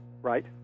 Right